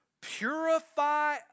purify